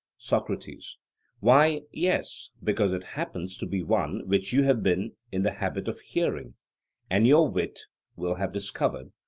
socrates why, yes, because it happens to be one which you have been in the habit of hearing and your wit will have discovered,